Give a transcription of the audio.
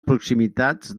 proximitats